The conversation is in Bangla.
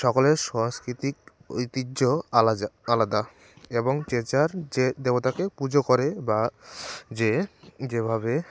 সকলের সাংস্কৃতিক ঐতিহ্য আলাদা এবং যে যার যে দেবতাকে পুজো করে বা যে যেভাবে